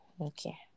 Okay